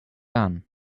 gone